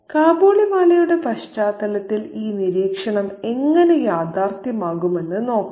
കാബൂളിവാലയുടെ പശ്ചാത്തലത്തിൽ ഈ നിരീക്ഷണം എങ്ങനെ യാഥാർത്ഥ്യമാകുമെന്ന് നോക്കാം